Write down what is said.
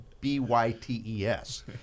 B-Y-T-E-S